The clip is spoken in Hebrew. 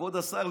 כבוד השר.